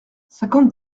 cinquante